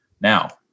Now